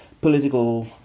political